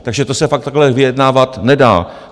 Takže to se fakt takhle vyjednávat nedá.